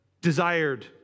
desired